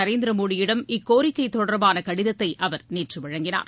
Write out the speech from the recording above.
நரேந்திர மோடியிடம் இக்கோரிக்கை தொடர்பான கடிதத்தை அவர் நேற்று வழங்கினார்